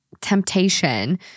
temptation